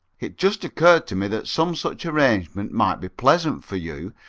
it just occurred to me that some such arrangement might be pleasant for you.